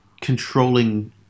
controlling